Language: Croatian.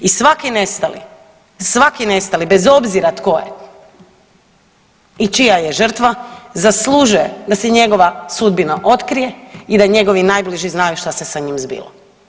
I svaki nestali, svaki nestali bez obzira tko je i čija je žrtva zaslužuje da se njegova sudbina otkrije i da njegovi najbliži znaju šta se sa njim zbilo.